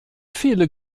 viele